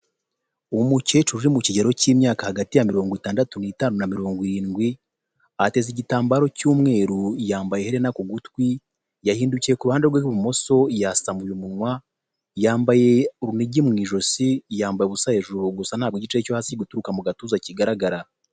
Umukecuru uri mu kigero cy'imyaka hagati ya mirongo itandatu n'itanu na mirongo irindwi ateze igitambaro cy'umweru yambaye iherena ku gutwi yahindukiye ku ruhande rw'ibumoso yasamuye umunwa yambaye urunigi mu ijosi yambaye ubusa hejuru gusa ntabwo igice cyo hasi gituruka mu gatuza kigaragara.